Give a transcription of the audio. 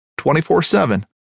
24-7